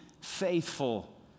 faithful